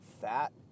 fat